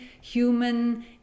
human